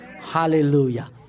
Hallelujah